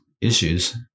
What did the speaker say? issues